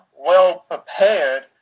well-prepared